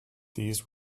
these